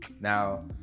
Now